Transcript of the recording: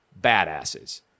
badasses